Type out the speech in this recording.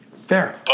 Fair